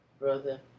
Brother